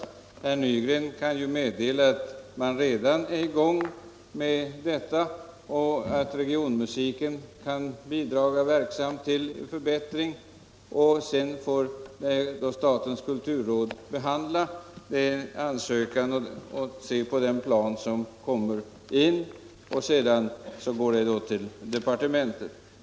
Herr Torsdagen den Nygren kunde ju meddela att man redan är i gång med detta och att 13 mars 1975 regionmusiken kan bidra verksamt till en förbättring. Därefter får statens i kulturråd behandla den ansökan och den plan som kommer in. Sedan = Anslag till kulturängår ärendet till departementet.